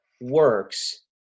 works